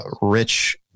rich